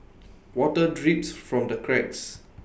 water drips from the cracks